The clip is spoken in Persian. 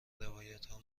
روایتها